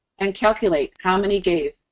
and calculate how many gave.